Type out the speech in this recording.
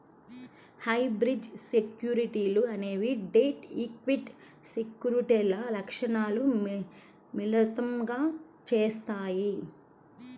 hybrid సెక్యూరిటీలు అనేవి debt, equity సెక్యూరిటీల లక్షణాలను మిళితం చేత్తాయి